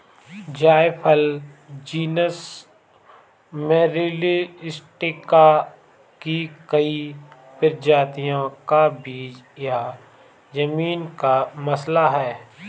जायफल genus Myristica की कई प्रजातियों का बीज या जमीन का मसाला है